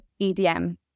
EDM